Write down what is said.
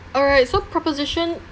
alright so proposition